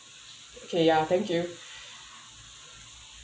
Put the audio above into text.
okay ya thank you